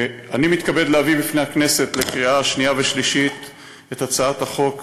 אני מתכבד להביא בפני הכנסת לקריאה שנייה ושלישית את הצעת חוק